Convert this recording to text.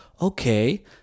okay